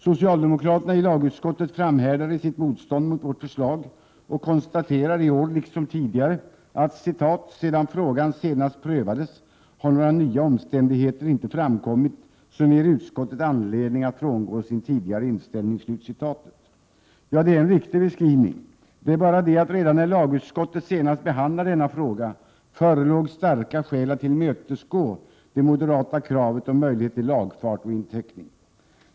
Socialdemokraterna i lagutskottet framhärdar i sitt motstånd mot vårt förslag och konstaterar — i år liksom tidigare — att ”sedan frågan senast prövades har några nya omständigheter inte framkommit som ger utskottet anledning att frångå sin tidigare inställning”. Ja, det är en riktig beskrivning. Det är bara det att redan när lagutskottet senast behandlade denna fråga förelåg starka skäl att tillmötesgå det moderata kravet om möjlighet till lagfart och inteckning.